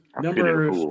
number